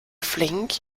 flink